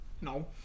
No